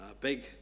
big